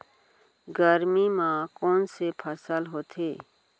गरमी मा कोन से फसल होथे?